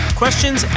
questions